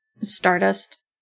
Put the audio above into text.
Stardust